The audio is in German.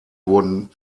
wurden